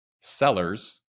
sellers